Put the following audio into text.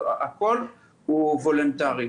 כלומר הכול הוא וולונטרי.